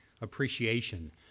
appreciation